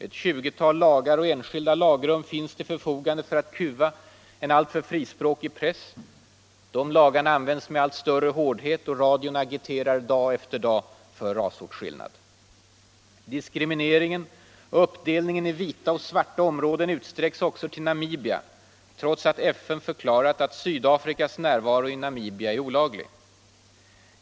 Ett tjugotal lagar och enskilda lagrum finns till förfogande för att kuva en alltför frispråkig press. De används med allt större hårdhet. Radion agiterar dag efter dag för rasåtskillnad. Diskrimineringen och uppdelningen i vita och svarta områden utsträcks också till Namibia, trots att FN förklarat att Sydafrikas närvaro i Namibia är olaglig.